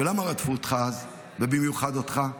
למה רדפו אותך אז, ובמיוחד אותך?